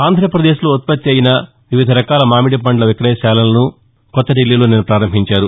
ఆంధ్రప్రదేశ్లో ఉత్పత్తి అయిన వివిధ రకాల మామిడి పండ్ల విక్రయశాలను కొత్త దిల్లీలో నిన్న ప్రారంభించారు